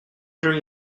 during